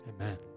Amen